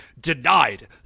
denied